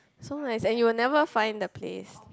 so nice and you will never find the place